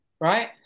right